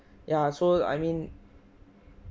ya so I mean